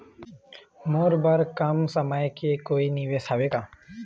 मोर बर कम समय के कोई निवेश हावे का?